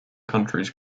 countries